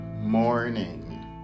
morning